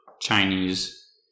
Chinese